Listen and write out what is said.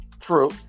True